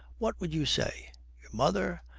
what would you say? your mother,